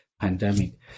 pandemic